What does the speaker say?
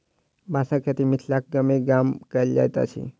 बाँसक खेती मिथिलाक गामे गाम कयल जाइत अछि